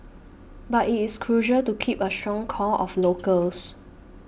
but it is crucial to keep a strong core of locals